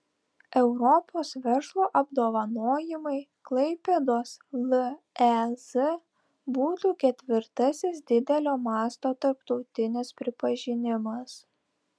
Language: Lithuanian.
europos verslo apdovanojimai klaipėdos lez būtų ketvirtasis didelio masto tarptautinis pripažinimas